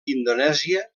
indonèsia